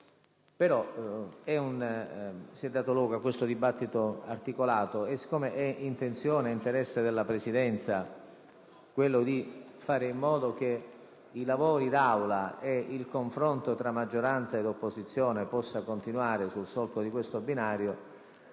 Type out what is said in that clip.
Si è dato luogo a un dibattito articolato e, siccome è intenzione ed interesse della Presidenza fare in modo che i lavori d'Aula e il confronto tra maggioranza e opposizione possano continuare su questo binario,